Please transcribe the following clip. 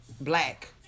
black